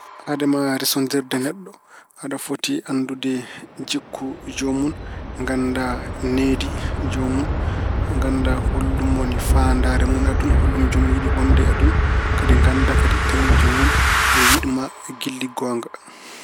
Hade ma resondirde e neɗɗo aɗa foti anndu jikku joomun, ngannda nehdi joomun, ngannda hollum woni faandaare mun aduna, hollum joomun yiɗi wonde e aduna. Kadi ngannda kadi tawi joomun ene yiɗma giɗli goonga.